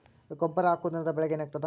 ಗೊಬ್ಬರ ಹಾಕುವುದರಿಂದ ಬೆಳಿಗ ಏನಾಗ್ತದ?